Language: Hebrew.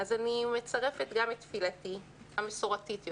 אני מצרפת גם את תפילתי, המסורתית יותר: